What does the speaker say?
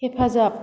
हेफाजाब